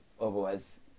otherwise